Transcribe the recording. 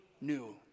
new